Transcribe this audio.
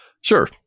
Sure